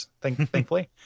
thankfully